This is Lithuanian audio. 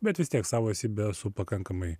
bet vis tiek savo esybe esu pakankamai